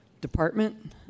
department